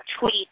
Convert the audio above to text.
tweet